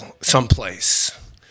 someplace